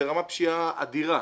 זו רמת פשיעה אדירה.